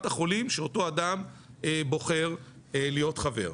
החולים שאותו אדם בוחר להיות חבר בה.